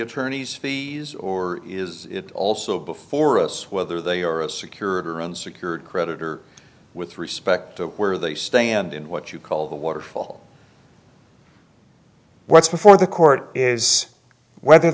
attorneys fees or is it also before us whether they are a security or and secured creditor with respect to where they stand in what you call the waterfall what's before the court is whether